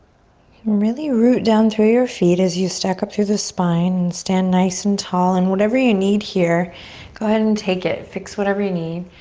really root down through your feet as you stack up through the spine and stand nice and tall. and whatever you need here go ahead and take it, fix whatever you need.